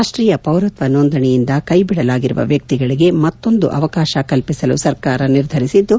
ರಾಷ್ಟೀಯ ಪೌರತ್ವ ನೋಂದಣೆಯಿಂದ ಕೈಬಿಡಲಾಗಿರುವ ವ್ಯಕ್ತಿಗಳಿಗೆ ಮತ್ತೊಂದು ಅವಕಾಶ ಕಲ್ಪಿಸಲು ಸರ್ಕಾರ ನಿರ್ಧರಿಸಿದ್ದು